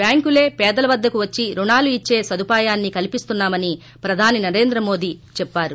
బ్యాంకులే పేదల వద్దకు వచ్చి రుణాలు ఇచ్చే సదుపాయాన్ని కల్పిస్తున్నా మని ప్రధాని నరేంద్ర మోదీ చెప్పారు